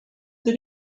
that